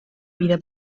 vida